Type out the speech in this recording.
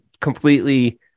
completely